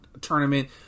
tournament